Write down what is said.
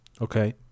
okay